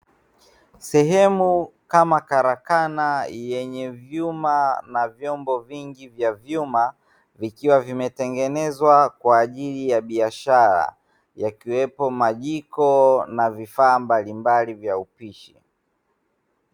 Sehemu kama karakana yenye vyuma na vyombo vingi vya vyuma, vikiwa vimetengenezwa kwa ajili ya biashara yakiwepo majiko na vifaa mbalimbali vya upishi.